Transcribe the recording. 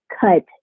cut